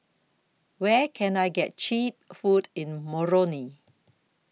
Where Can I get Cheap Food in Moroni